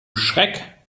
schreck